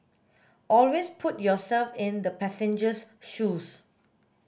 always put yourself in the passenger's shoes